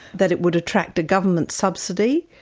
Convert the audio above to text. that it would attract a government subsidy,